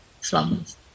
slums